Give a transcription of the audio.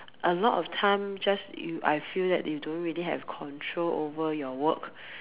a lot of time just you I feel that you don't really have control over your work